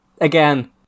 again